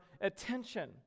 attention